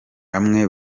bamwe